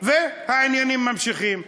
והעניינים ממשיכים.